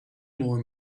more